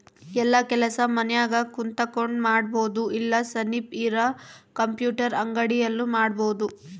ಯೆಲ್ಲ ಕೆಲಸ ಮನ್ಯಾಗ ಕುಂತಕೊಂಡ್ ಮಾಡಬೊದು ಇಲ್ಲ ಸನಿಪ್ ಇರ ಕಂಪ್ಯೂಟರ್ ಅಂಗಡಿ ಅಲ್ಲು ಮಾಡ್ಬೋದು